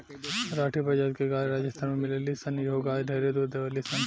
राठी प्रजाति के गाय राजस्थान में मिलेली सन इहो गाय ढेरे दूध देवेली सन